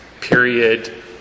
period